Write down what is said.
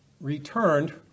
returned